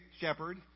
shepherd